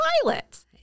pilot